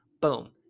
boom